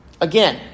Again